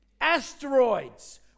asteroids